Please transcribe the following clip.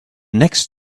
next